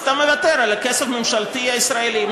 אתה מוותר על הכסף הממשלתי הישראלי.